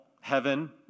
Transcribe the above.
heaven